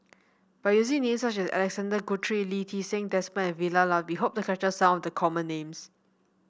by using names such as Alexander Guthrie Lee Ti Seng Desmond and Vilma Laus we hope to capture some of the common names